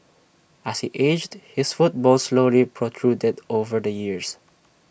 as he aged his foot bone slowly protruded over the years